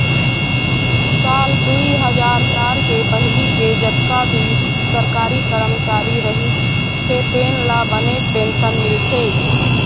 साल दुई हजार चार के पहिली के जतका भी सरकारी करमचारी रहिस हे तेन ल बनेच पेंशन मिलथे